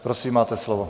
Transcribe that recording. Prosím, máte slovo.